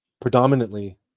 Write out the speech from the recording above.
predominantly